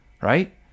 right